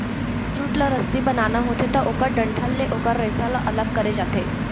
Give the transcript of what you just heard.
jute ल रस्सी बनाना होथे त ओखर डंठल ले ओखर रेसा ल अलग करे जाथे